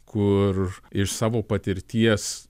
kur iš savo patirties